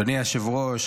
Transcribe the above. אדוני היושב-ראש,